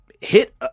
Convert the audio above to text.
hit